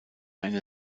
eine